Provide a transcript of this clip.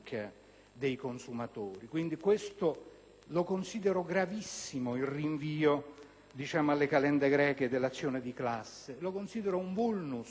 dei consumatori. Considero quindi gravissimo il rinvio alle calende greche dell'azione di classe, lo considero un *vulnus*